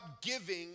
giving